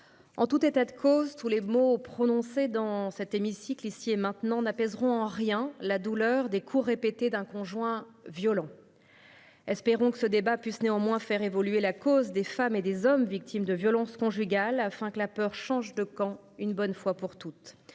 En tout état de cause, tous les mots prononcés dans cet hémicycle aujourd'hui n'apaiseront en rien la douleur des coups répétés d'un conjoint violent. Espérons néanmoins que ce débat puisse faire évoluer la cause des femmes et des hommes victimes de violences conjugales, afin que la peur change de camp une bonne fois pour toutes,